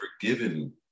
forgiven